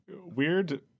weird